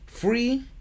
free